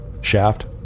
Shaft